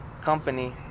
company